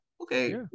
Okay